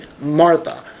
Martha